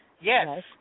Yes